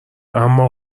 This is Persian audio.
اما